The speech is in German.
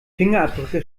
fingerabdrücke